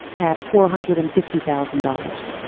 at four hundred and fifty thousand dollars.